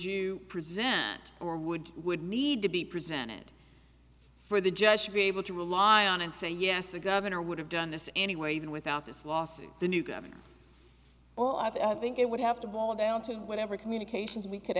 you present or would would need to be presented for the judge should be able to rely on and say yes the governor would have done this anyway even without this lawsuit the new governor well i think it would have to boil down to whatever communications we could